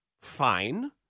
fine